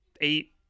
eight